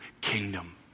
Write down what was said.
kingdom